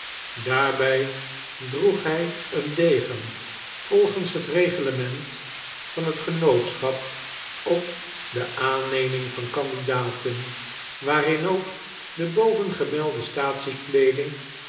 daarbij droeg hij een degen volgens het reglement van het genootschap op de aanneming van candidaten waarin ook de bovengemelde staatsiekleeding